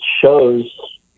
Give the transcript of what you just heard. shows